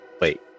wait